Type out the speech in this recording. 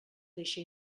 deixa